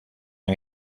han